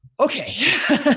okay